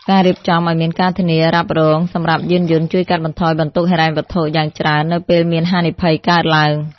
ការរៀបចំឱ្យមានការធានារ៉ាប់រងសម្រាប់យានយន្តជួយកាត់បន្ថយបន្ទុកហិរញ្ញវត្ថុយ៉ាងច្រើននៅពេលមានហានិភ័យកើតឡើង។